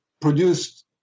Produced